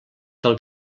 del